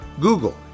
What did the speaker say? Google